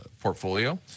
portfolio